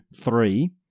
three